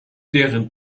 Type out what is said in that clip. deren